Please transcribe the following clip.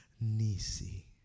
Nisi